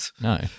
No